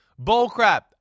Bullcrap